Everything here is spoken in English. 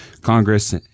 Congress